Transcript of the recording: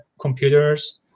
computers